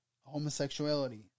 homosexuality